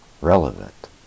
relevant